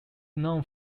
known